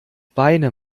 beine